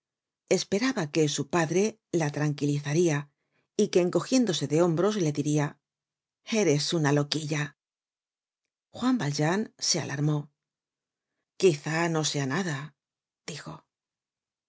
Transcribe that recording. esperaba que su padre la tranquilizaria y que encogiéndose de hombros le diria eres una loquilla juan yaljean se alarmó quizá no sea nada dijo